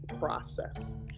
process